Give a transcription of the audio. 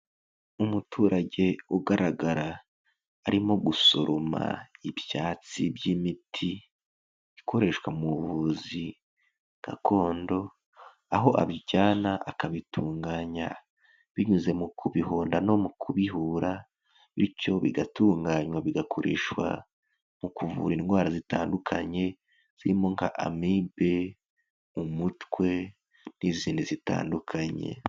Umuturage ugaragara arimo gusoroma ibyatsi by'imiti ikoreshwa mu buvuzi gakondo, aho abijyana akabitunganya binyuze mu ku bihonda no mu kubihura, bityo bigatunganywa bigakoreshwa mu kuvura indwara zitandukanye zirimo nka amibe, umutwe n'izindi zitandukanye.